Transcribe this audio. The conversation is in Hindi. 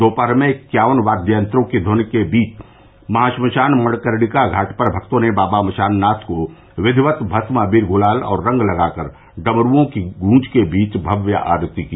दोपहर में इक्यावन वाद्ययंत्रों के ध्वनि बीच महाश्मशान मणिकर्णिका घाट पर भक्तो ने बाबा मशान नाथ को विधिवत भस्म अबीर गुलाल और रंग लगाकर डमरुओं की गूंज के बीच भव्य आरती की